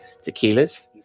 tequilas